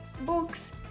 books